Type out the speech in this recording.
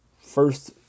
First